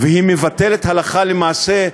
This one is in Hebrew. והיא מבטלת הלכה למעשה,